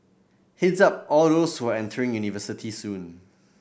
head's up all those who are entering university soon